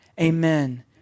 Amen